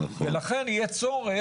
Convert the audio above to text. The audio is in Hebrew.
ולכן יהיה צורך,